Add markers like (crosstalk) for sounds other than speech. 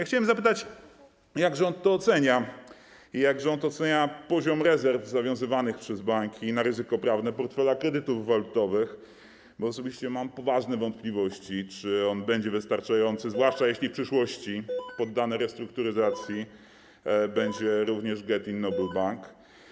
Chciałem zapytać, jak rząd to ocenia i jak rząd ocenia poziom rezerw zawiązywanych przez banki na ryzyko prawne portfela kredytów walutowych, bo osobiście mam poważne wątpliwości, czy on będzie wystarczający, (noise) zwłaszcza jeśli w przyszłości poddany restrukturyzacji będzie również Getin Noble Bank.